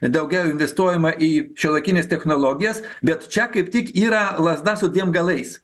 daugiau investuojama į šiuolaikines technologijas bet čia kaip tik yra lazda su dviem galais